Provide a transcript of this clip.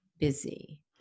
busy